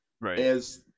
Right